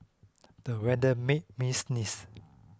the weather made me sneeze